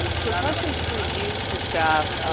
um so questions for you to staff